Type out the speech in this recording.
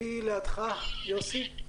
מי לידך, יוסי?